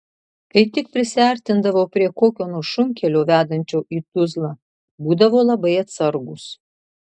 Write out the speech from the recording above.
kai tik prisiartindavo prie kokio nors šunkelio vedančio į tuzlą būdavo labai atsargūs